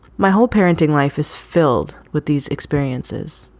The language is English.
my whole parenting life is filled with these experiences.